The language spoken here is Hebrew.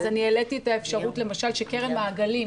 אז אני העליתי את האפשרות למשל שקרן מעגלים,